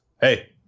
hey